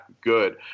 Good